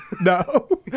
No